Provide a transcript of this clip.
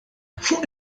fuq